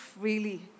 freely